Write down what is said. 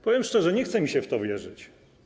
Powiem szczerze, nie chce mi się w to wierzyć.